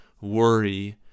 worry